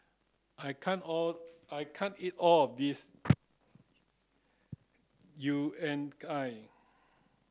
I can't all I can't eat all of this Unagi